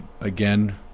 again